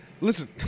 listen